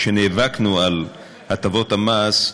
כשנאבקנו על הטבות המס,